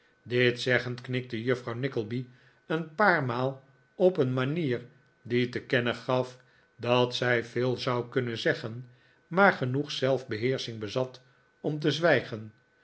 dit zeggend knikte juffrouw nickleby een paar maal op een manier die te kennen gaf dat zij veel zou kunnen zeggen maar genoeg zelfbeheersching bezat om te zwijgen